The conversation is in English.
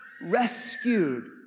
rescued